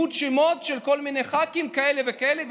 עיוות שמות של כל מיני ח"כים כאלה וכאלה,